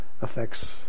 affects